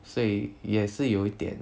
所以也是有一点